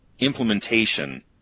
implementation